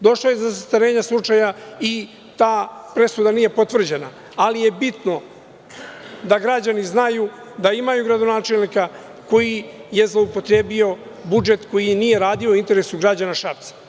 Došlo je do zastarenja slučaja i ta presuda nije potvrđena, ali je bitno da građani znaju da imaju gradonačelnika koji je zloupotrebio budžet koji nije radio u interesu građana Šapca.